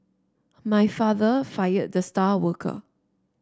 my father fired the star worker